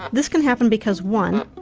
this can happen because one,